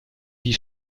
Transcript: wie